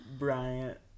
bryant